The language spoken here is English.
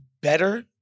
better